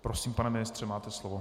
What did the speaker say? Prosím, pane ministře, máte slovo.